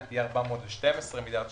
תהיה 412 מיליארד שקל,